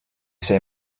say